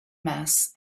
mass